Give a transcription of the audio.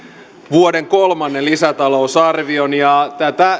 vuoden kolmannen lisätalousarvion ja